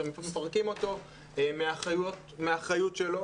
שמפרקים אותו מהאחריות שלו,